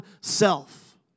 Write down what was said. self